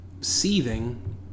seething